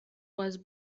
was